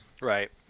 Right